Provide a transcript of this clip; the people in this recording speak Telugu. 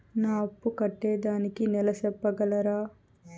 నా అప్పు కట్టేదానికి నెల సెప్పగలరా?